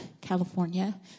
California